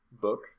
book